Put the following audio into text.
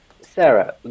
Sarah